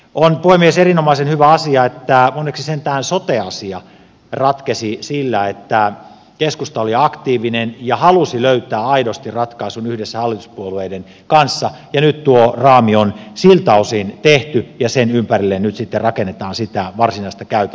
on puhemies erinomaisen hyvä asia että onneksi sentään sote asia ratkesi sillä että keskusta oli aktiivinen ja halusi löytää aidosti ratkaisun yhdessä hallituspuolueiden kanssa ja nyt tuo raami on siltä osin tehty ja sen ympärille nyt sitten rakennetaan sitä varsinaista käytännön työtä